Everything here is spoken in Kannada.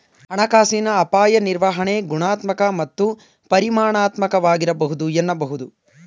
ಹಣಕಾಸಿನ ಅಪಾಯ ನಿರ್ವಹಣೆ ಗುಣಾತ್ಮಕ ಮತ್ತು ಪರಿಮಾಣಾತ್ಮಕವಾಗಿರಬಹುದು ಎನ್ನಬಹುದು